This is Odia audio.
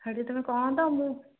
ସେଠି ତୁମେ କରନ୍ତ ମୁଁ